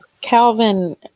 Calvin